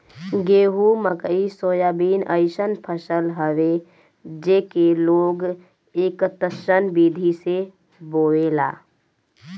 गेंहू, मकई, सोयाबीन अइसन फसल हवे जेके लोग एकतस्सन विधि से बोएला